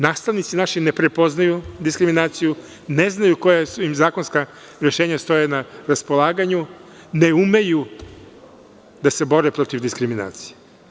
Nastavnici naši ne prepoznaju diskriminaciju, ne znaju koja im zakonska rešenja stoje na raspolaganju, ne umeju da se bore protiv diskriminacije.